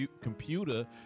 computer